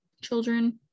children